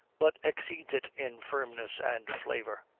but exceeds it in firmness and flavor.